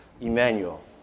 Emmanuel